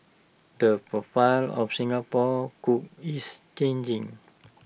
the profile of Singapore cooks is changing